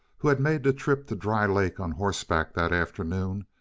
who had made the trip to dry lake on horseback that afternoon,